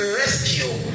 rescue